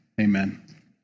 amen